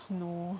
no